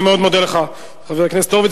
אני מאוד מודה לך, חבר הכנסת הורוביץ.